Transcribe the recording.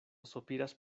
sopiras